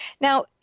Now